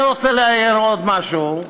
אני רוצה להעיר עוד משהו: